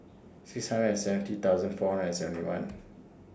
six hundred and seventy thousand four hundred and seventy one